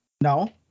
No